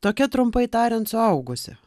tokia trumpai tariant suaugusi